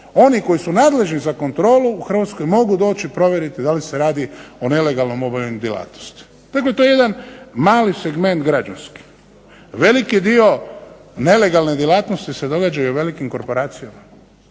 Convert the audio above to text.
oni koji su nadležni za kontrolu u Hrvatskoj mogu doći provjeriti da li se radi o nelegalnom obavljanju djelatnosti. Dakle, to je jedan manji segment građanski. Veliki dio nelegalne djelatnosti se događa i u velikim korporacijama,